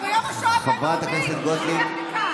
יותר גרוע מאויב.